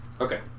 Okay